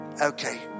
Okay